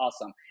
awesome